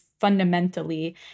fundamentally